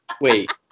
wait